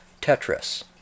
Tetris